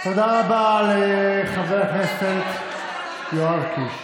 תודה רבה לחבר הכנסת יואב קיש.